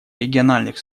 региональных